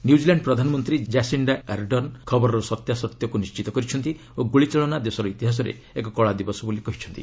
New Zealand ପ୍ରଧାନମନ୍ତ୍ରୀ Jacinda Ardern ଖବରର ସତ୍ୟାସତ୍ୟକ୍ ନିଶ୍ଚିତ କରିଛନ୍ତି ଓ ଏହି ଗ୍ରଳିଚାଳନା ଦେଶର ଇତିହାସରେ ଏକ କଳାଦିବସ ବୋଲି କହିଛନ୍ତି